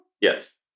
Yes